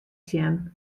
sjen